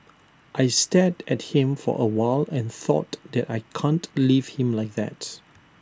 I stared at him for A while and thought that I can't leave him like that